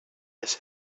has